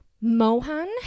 Mohan